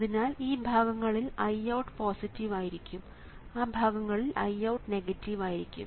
അതിനാൽ ഈ ഭാഗങ്ങളിൽ IOUT പോസിറ്റീവ് ആയിരിക്കും ആ ഭാഗങ്ങളിൽ IOUT നെഗറ്റീവ് ആയിരിക്കും